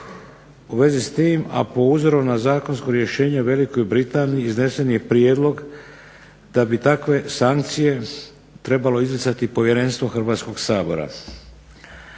U vezi s tim, a po uzoru na zakonsko rješenje Velikoj Britaniji iznesen je prijedlog da bi takve sankcije trebalo izricati povjerenstvo Hrvatskog sabora.